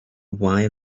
why